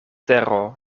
tero